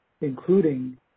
including